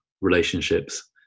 relationships